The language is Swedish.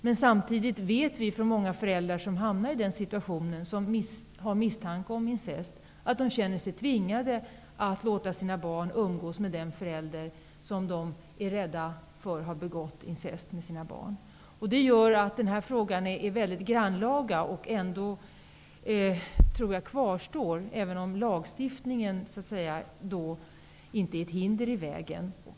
Men samtidigt vet vi att de föräldrar som hamnar i situationen med misstanke om incest känner sig tvingade att låta sina barn umgås med den förälder som de befarar har begått incest med sina barn. Det gör att denna fråga är mycket grannlaga, och jag tror att den ändå kvarstår, även om lagstiftningen så att säga inte är ett hinder i vägen.